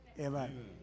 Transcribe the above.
Amen